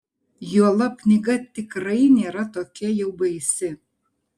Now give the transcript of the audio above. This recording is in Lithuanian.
juolab knyga tikrai nėra tokia jau baisi